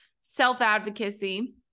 self-advocacy